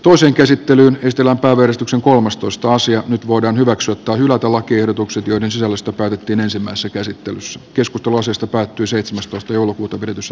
toisen käsittelyn estellä päivystyksen kolmastoista sija nyt voidaan hyväksyä tai hylätä lakiehdotukset joiden sisällöstä päätettiin ensimmäisessä käsittelyssä keskituloisesta päättyy seitsemästoista joulukuuta pidetyssä